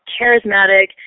charismatic